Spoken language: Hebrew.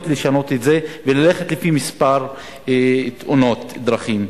לשנות את זה וללכת לפי מספר תאונות דרכים.